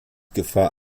gefahr